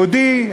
יהודי,